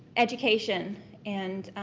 education and